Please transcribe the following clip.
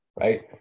right